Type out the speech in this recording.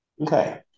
Okay